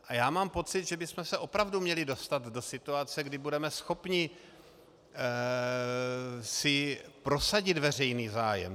A já mám pocit, že bychom se opravdu měli dostat do situace, kdy budeme schopni si prosadit veřejný zájem.